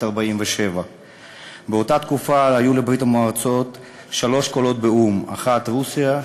1947. באותה תקופה היו לברית-המועצות שלושה קולות באו"ם: 1. רוסיה,